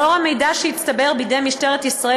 לאור המידע שהצטבר בידי משטרת ישראל,